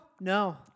No